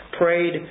prayed